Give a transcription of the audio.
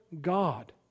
God